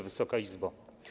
Wysoka Izbo!